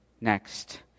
next